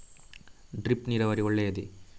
Drip ನೀರಾವರಿ ಒಳ್ಳೆಯದೇ?